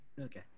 Okay